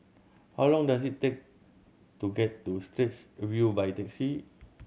how long does it take to get to Straits View by taxi